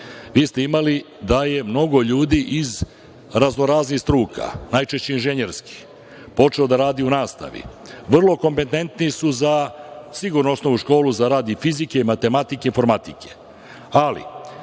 vi ste imali da je mnogo ljudi iz raznoraznih struka, najčešće inženjerskih počeo da radi u nastavi. Vrlo kompetentni su za sigurno osnovnu školu, za rad i fizike i matematike i informatike,